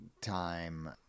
time